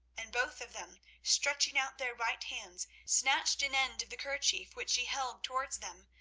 and both of them stretching out their right hands snatched an end of the kerchief which she held towards them,